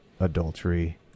Adultery